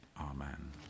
Amen